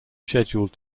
scheduled